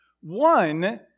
One